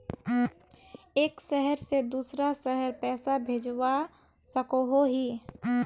एक शहर से दूसरा शहर पैसा भेजवा सकोहो ही?